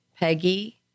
Peggy